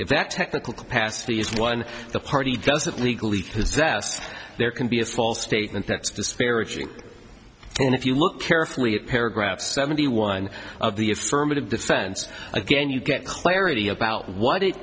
if that technical capacity is one the party doesn't legal leave his desk there can be a false statement that's disparaging and if you look carefully at paragraph seventy one of the affirmative defense again you get clarity about what it